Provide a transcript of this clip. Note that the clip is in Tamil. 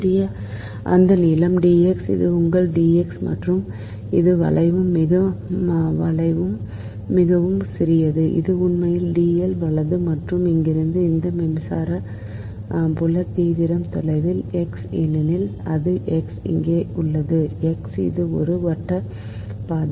சிறிய அந்த நீளம் dx இது உங்கள் dx மற்றும் இது வளைவு நீளம் மிகவும் சிறியது அது உண்மையில் dl வலது மற்றும் இங்கிருந்து அந்த மின்சார புல தீவிரம் தொலைவில் x ஏனெனில் அது x இங்கே உள்ளது x இது ஒரு வட்ட பாதை